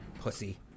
pussy